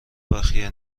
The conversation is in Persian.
بخیه